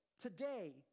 today